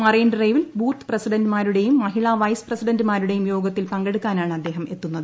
മറൈൻഡ്രൈവിൽ booth പ്രസിഡന്റ്മാരുടേയുള്ളൂ മുഹിളാ vice പ്രസിഡന്റ്മാരുടേയും യോഗത്തിൽ പങ്കെടുക്കാനാണ് അദ്ദേഹമെത്തുന്നത്